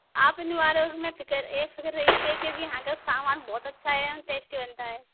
आप नू वाले हो में फिक्र बेफिक्र रहिए क्योंकि यहाँ का सामान बहुत अच्छा है एण्ड टेस्टी बनता है